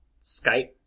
Skype